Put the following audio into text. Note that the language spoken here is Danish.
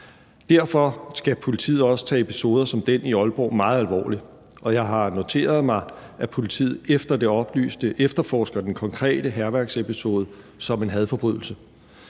Derfor skal politiet også tage episoder som den i Aalborg meget alvorligt, og jeg har noteret mig, at politiet efter det oplyste efterforsker den konkrete hærværksepisode som en hadforbrydelse.